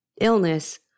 illness